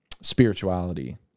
spirituality